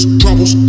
troubles